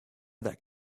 that